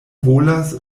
volas